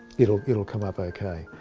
it'll it'll come up okay.